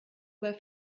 bei